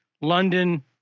London